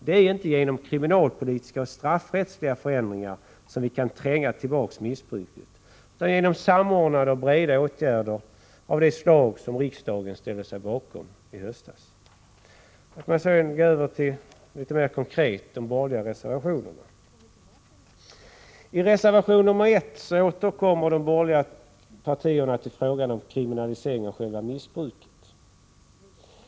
Det är inte genom kriminalpolitiska och straffrättsliga förändringar som vi kan tränga tillbaka missbruket utan genom samordnade och breda åtgärder av det slag som riksdagen ställde sig bakom i höstas. Låt mig så gå över, litet mer konkret, till de borgerliga reservationerna. I reservation nr 1 återkommer de borgerliga partierna till frågan om kriminalisering av själva missbruket.